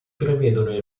prevedono